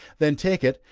then take it,